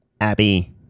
Abby